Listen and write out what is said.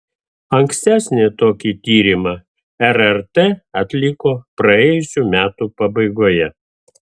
ankstesnį tokį tyrimą rrt atliko praėjusių metų pabaigoje